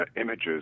images